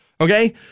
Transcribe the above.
Okay